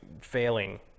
failing